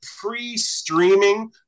pre-streaming